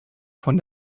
von